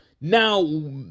now